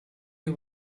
you